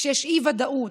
כשיש אי-ודאות,